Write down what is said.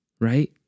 right